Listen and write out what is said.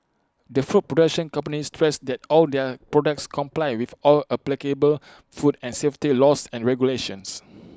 the food production company stressed that all their products comply with all applicable food and safety laws and regulations